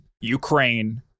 Ukraine